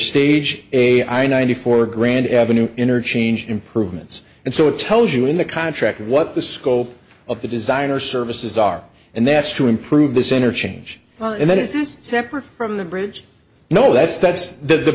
stage a i ninety four grand avenue interchange improvements and so it tells you in the contract what the scope of the design or services are and that's to improve this interchange and that is separate from the bridge no that's that's the